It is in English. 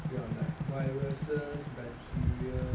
ya like viruses bacteria